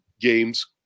games